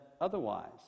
otherwise